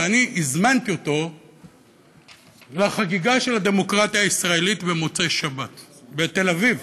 ואני הזמנתי אותו לחגיגה של הדמוקרטיה הישראלית במוצאי-שבת בתל-אביב.